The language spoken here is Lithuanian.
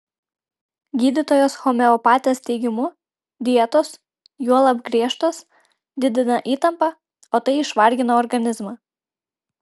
gydytojos homeopatės teigimu dietos juolab griežtos didina įtampą o tai išvargina organizmą